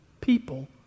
people